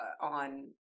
on